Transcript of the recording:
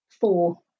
four